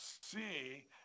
see